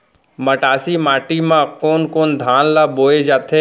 मटासी माटी मा कोन कोन धान ला बोये जाथे?